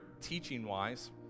teaching-wise